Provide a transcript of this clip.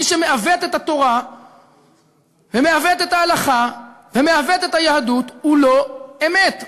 מי שמעוות את התורה ומעוות את ההלכה ומעוות את היהדות הוא לא אמת,